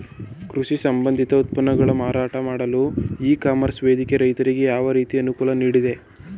ಕೃಷಿ ಸಂಬಂಧಿತ ಉತ್ಪನ್ನಗಳ ಮಾರಾಟ ಮಾಡಲು ಇ ಕಾಮರ್ಸ್ ವೇದಿಕೆ ರೈತರಿಗೆ ಯಾವ ರೀತಿ ಅನುಕೂಲ ನೀಡಿದೆ?